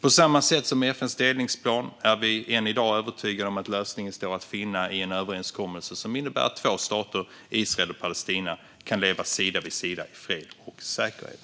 På samma sätt som FN:s delningsplan är vi än i dag övertygade om att lösningen står att finna i en överenskommelse som innebär att två stater, Israel och Palestina, kan leva sida vid sida i fred och säkerhet.